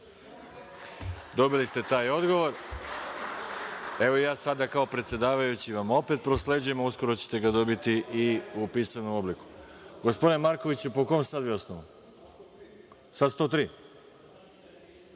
Dobili ste taj odgovor. Sada ja kao predsedavajući vam opet prosleđujem, a uskoro ćete ga dobiti i u pisanom obliku. Gospodine Markoviću po kom sada osnovu se